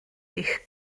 eich